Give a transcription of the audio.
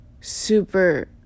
super